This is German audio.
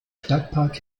stadtpark